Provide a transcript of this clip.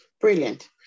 Brilliant